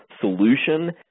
solution